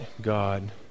God